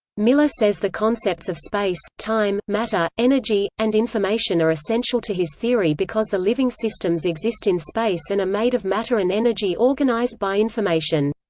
miller says the concepts of space, time, matter, energy, and information are essential to his theory because the living systems exist in space and are made of matter and energy organized by information.